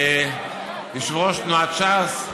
יושב-ראש תנועת ש"ס,